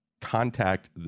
contact